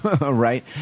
right